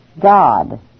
God